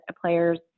player's